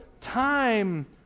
time